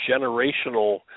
generational